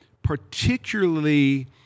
Particularly